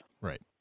Right